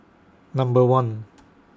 Number one